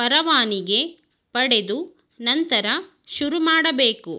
ಪರವಾನಿಗೆ ಪಡೆದು ನಂತರ ಶುರುಮಾಡಬೇಕು